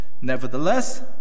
nevertheless